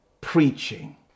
preaching